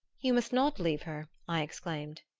you must not leave her! i exclaimed.